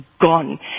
gone